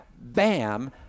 bam